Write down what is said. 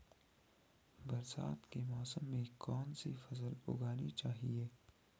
बरसात के मौसम में कौन सी फसल उगानी चाहिए?